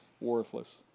worthless